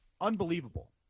Unbelievable